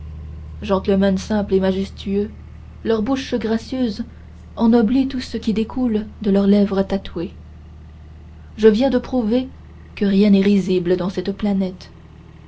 gentlemen simples et majestueux leur bouche gracieuse ennoblit tout ce qui découle de leurs lèvres tatouées je viens de prouver que rien n'est risible dans cette planète